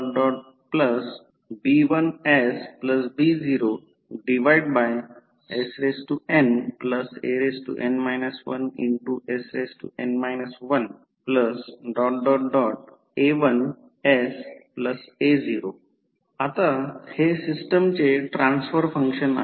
a1sa0 आता हे सिस्टमचे ट्रान्सफर फंक्शन आहे